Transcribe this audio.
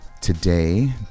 today